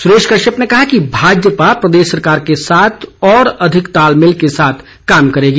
सुरेश कश्यप ने कहा कि भाजपा प्रदेश सरकार के साथ और अधिक तालमेल के साथ कार्य करेंगी